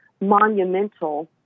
monumental